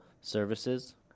services